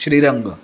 Shrirang